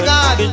God